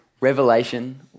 Revelation